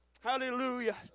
Hallelujah